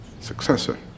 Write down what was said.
Successor